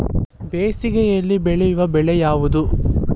ಬೇಸಿಗೆಯಲ್ಲಿ ಬೆಳೆಯುವ ಬೆಳೆ ಯಾವುದು?